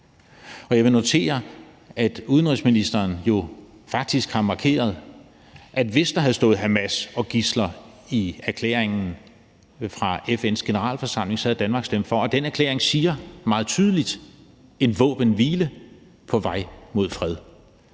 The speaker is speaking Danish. Jeg noterer mig, at udenrigsministeren jo faktisk har markeret, at hvis der havde stået Hamas og gidsler i erklæringen fra FN's Generalforsamling, så havde Danmark stemt for, og den erklæring siger meget tydeligt: en våbenhvile på vej mod fred.